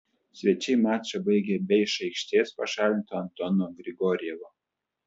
svečiai mačą baigė be iš aikštės pašalinto antono grigorjevo